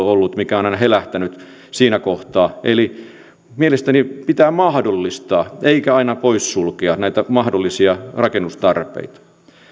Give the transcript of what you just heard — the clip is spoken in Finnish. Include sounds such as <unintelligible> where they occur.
<unintelligible> ollut yksi mikä on aina helähtänyt siinä kohtaa eli mielestäni pitää mahdollistaa eikä aina poissulkea näitä mahdollisia rakennustarpeita